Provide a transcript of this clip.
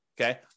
okay